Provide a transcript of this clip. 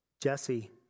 Jesse